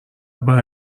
برای